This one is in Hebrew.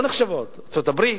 לא נחשבות: ארצות-הברית,